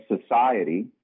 society